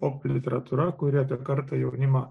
pop literatūra kuri apie kartą jaunimą